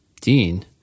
dean